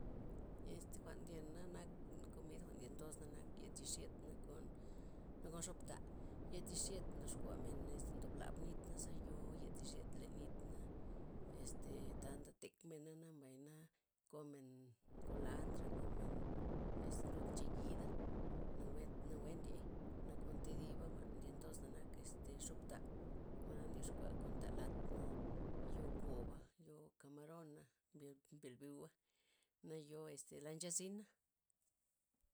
Este jwa'n ndyena' nak komid jwa'n ndyen tos'na nak yed yechixyed', nakon nakon xobta', yed yechixyed' ndoxkuamen este ndoblab nit naza yoo yed yechixyed len nit na, este ta ndotekmena' mbayna' komenm kolanta' komen. este lud nchiyida' nawe- nawe ndiey, nakon thiba jwa'n ndyen tos'na nak este xobta', jwa'na ndoxkua kon ta' lat na yoo koba' yoo kamarona' mbl- mbeel byouga' na yoo la nchezina'.